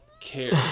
care